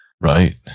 Right